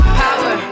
power